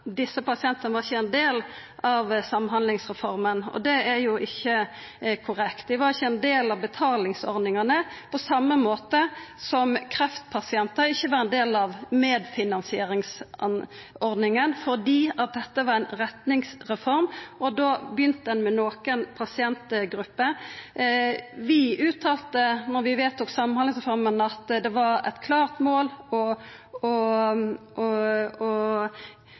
desse pasientane ikkje var ein del av samhandlingsreforma. Det er ikkje korrekt. Dei var ikkje ein del av betalingsordningane, på same måte som kreftpasientar ikkje var ein del av medfinansieringsordninga, fordi dette var ein retningsreform, og da begynte ein med nokre pasientgrupper. Vi uttalte da vi vedtok samhandlingsreforma, at det var eit klart mål å vidareutvikla dette til rus- og psykiatrifeltet, og